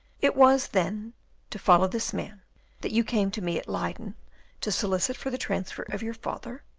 it was, then to follow this man that you came to me at leyden to solicit for the transfer of your father?